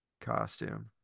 costume